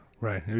Right